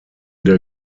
der